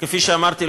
כפי שאמרתי,